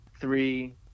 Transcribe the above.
three